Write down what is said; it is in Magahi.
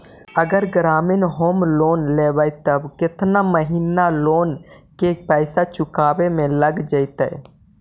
अगर ग्रामीण होम लोन लेबै त केतना महिना लोन के पैसा चुकावे में लग जैतै?